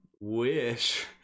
wish